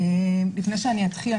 לפני שאני אתחיל,